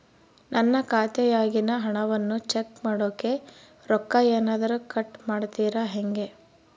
ನನ್ನ ಖಾತೆಯಾಗಿನ ಹಣವನ್ನು ಚೆಕ್ ಮಾಡೋಕೆ ರೊಕ್ಕ ಏನಾದರೂ ಕಟ್ ಮಾಡುತ್ತೇರಾ ಹೆಂಗೆ?